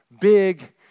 big